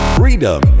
freedom